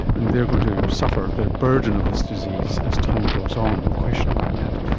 and they are going to suffer the burden of this disease as time goes on, no question about that.